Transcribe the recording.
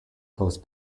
close